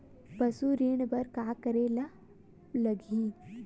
पशु ऋण बर का करे ला लगही?